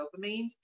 dopamines